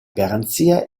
garanzia